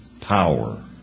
power